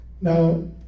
now